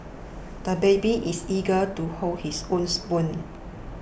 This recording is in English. the baby is eager to hold his own spoon